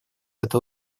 этой